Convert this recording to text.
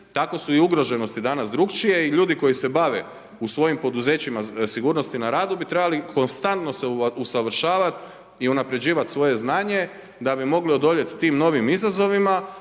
tako su i ugroženosti dana drukčije i ljudi koji se bave u svojim poduzećima sigurnosti na radu bi trebali konstantno se usavršavat i unapređivat svoje znanje da bi mogli odoljet tim novim izazovima.